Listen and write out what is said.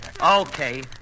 Okay